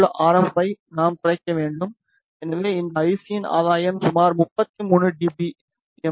F I நாம் குறைக்க வேண்டும் எனவே இந்த ஐசியின் ஆதாயம் சுமார் 33 டி பி எம் ஆகும்